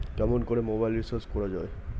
কেমন করে mobile recharge করা য়ায়?